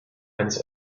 eines